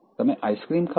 તમે આઈસ્ક્રીમ ખાશો